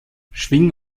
schwing